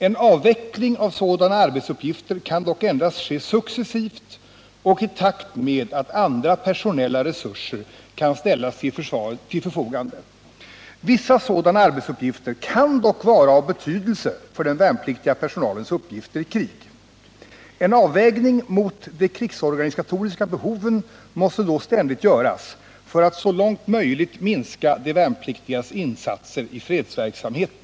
En avveckling av sådana arbetsuppgifter kan dock endast ske successivt och i takt med att andra personella resurser kan ställas till förfogande. Vissa sådana arbetsuppgifter kan dock vara av betydelse för den värnpliktiga personalens uppgifter i krig. En avvägning mot de krigsorganisatoriska behoven måste då ständigt göras för att så långt möjligt minska de värnpliktigas insatser i fredsverksamheten.